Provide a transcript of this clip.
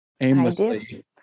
aimlessly